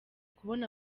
kubona